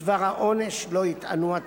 בדבר העונש שיטענו לו הצדדים,